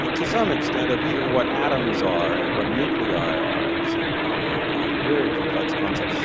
to some extent, of even what atoms are and what nuclei are, and and on and on and on very complex concept.